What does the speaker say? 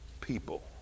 people